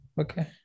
Okay